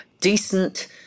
decent